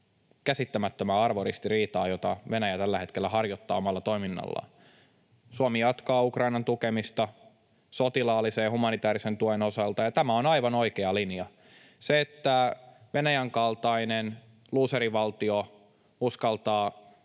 käsittämättömään arvoristiriitaan, jota Venäjä tällä hetkellä harjoittaa omalla toiminnallaan. Suomi jatkaa Ukrainan tukemista sotilaallisen ja humanitäärisen tuen osalta, ja tämä on aivan oikea linja. Eihän sellaista, että Venäjän kaltainen luuserivaltio uskaltaa